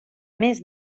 més